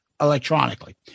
Electronically